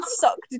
sucked